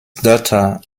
daughter